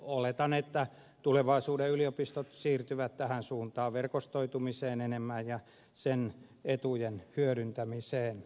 oletan että tulevaisuuden yliopistot siirtyvät tähän suuntaan verkos toitumiseen enemmän ja sen etujen hyödyntämiseen